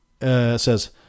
says